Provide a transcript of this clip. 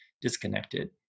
disconnected